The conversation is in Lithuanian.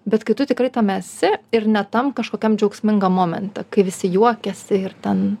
bet kai tu tikrai tam esi ir ne tam kažkokiam džiaugsmingą momentą kai visi juokiasi ir ten